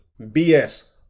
BS